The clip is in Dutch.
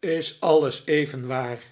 is alles even waar